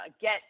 get